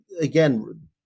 again